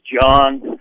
John